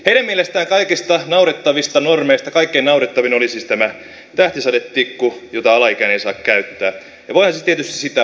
heidän mielestään kaikista naurettavista normeista kaikkein naurettavin oli siis tämä tähtisadetikku jota alaikäinen ei saa käyttää ja voihan se tietysti sitä ollakin